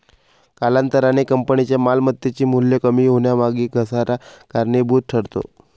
कालांतराने कंपनीच्या मालमत्तेचे मूल्य कमी होण्यामागे घसारा कारणीभूत ठरतो